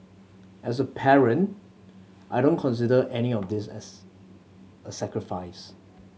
as a parent I don't consider any of this S a sacrifice